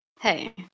Hey